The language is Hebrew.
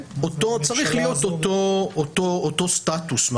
צריך להיות אותו סטטוס.